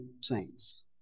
saints